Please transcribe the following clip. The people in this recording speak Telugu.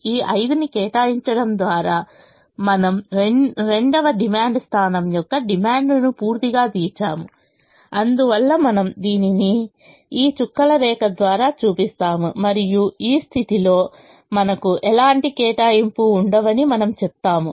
ఈ 5 ని కేటాయించడం ద్వారా మనము రెండవ డిమాండ్ స్థానం యొక్క డిమాండ్ను పూర్తిగా తీర్చాము అందువల్ల మనము దీనిని ఈ చుక్కల రేఖ ద్వారా చూపిస్తాము మరియు ఈ స్థితిలో మనకు ఎటువంటి కేటాయింపులు ఉండవని మనము చెప్తాము